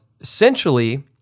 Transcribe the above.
Essentially